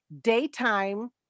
daytime